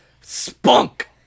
spunk